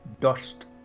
dust